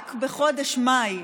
רק בחודש מאי,